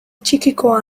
txikikoa